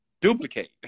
duplicate